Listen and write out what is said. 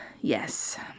Yes